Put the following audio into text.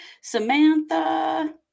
Samantha